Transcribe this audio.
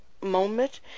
moment